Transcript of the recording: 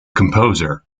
composer